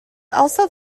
also